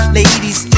ladies